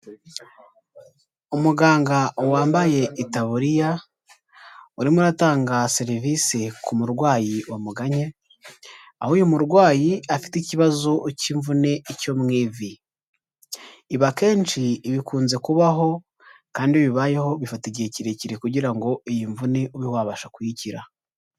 Umuganga wambaye itaburiya, urimo uratanga serivisi ku murwayi wamuganye, aho uyu murwayi afite ikibazo cy'imvune cyo mu ivi. Ibi akenshi ibikunze kubaho kandi bibayeho bifata igihe kirekire kugira ngo iyi mvune ube wabasha kuyikira.